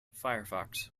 firefox